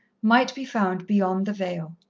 might be found beyond the veil.